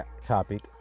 topic